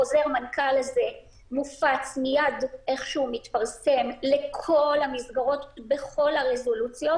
חוזר המנכ"ל הזה הופץ מייד כשהתפרסם לכל המסגרות בכל הרזולוציות,